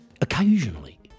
Occasionally